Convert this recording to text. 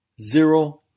zero